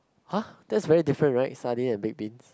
!huh! that's very different right sardine and baked beans